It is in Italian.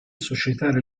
suscitare